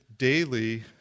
daily